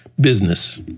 business